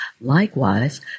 Likewise